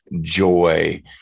joy